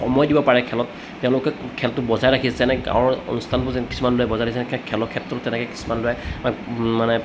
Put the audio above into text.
সময় দিব পাৰে খেলত তেওঁলোকে খেলটো বজাই ৰাখিছে যেনে গাঁৱৰ অনুষ্ঠানবোৰ যে কিছুমান দৰে বজাই দিছে খেলৰ ক্ষেত্ৰত তেনেকে কিছুমান ল'ৰাই মানে